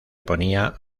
ponía